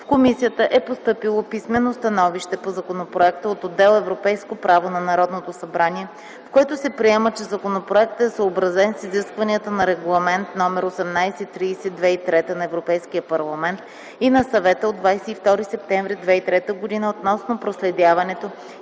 В комисията е постъпило писмено становище по законопроекта от отдел „Европейско право” на Народното събрание, в което се приема, че законопроектът е съобразен с изискванията на Регламент (ЕО) № 1830/2003 на Европейския парламент и на Съвета от 22 септември 2003 г. относно проследяването